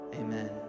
amen